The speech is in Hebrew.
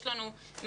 יש לנו מעל